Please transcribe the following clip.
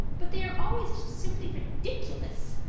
but they are always just simply ridiculous.